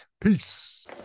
Peace